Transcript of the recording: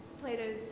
Plato's